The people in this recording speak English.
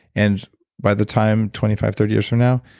and by the time twenty five, thirty years from now,